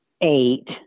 eight